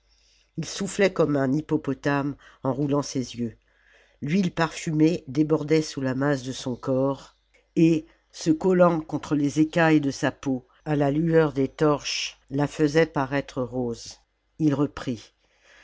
ii soufflait comme un hippopotame en roulant ses yeux l'huile parfumée débordait sous la masse de son corps et se collant contre les écailles de sa peau à la lueur des torches la faisait paraître rose ii reprit